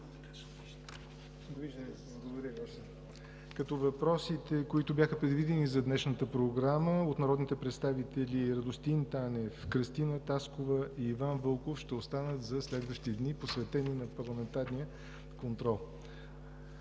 като въпросите, които бяха предвидени за днешната програма от народните представители Радостин Танев, Кръстина Таскова и Иван Вълков, ще останат за следващите дни, посветени на парламентарния контрол.